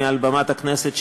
מעל במת הכנסת,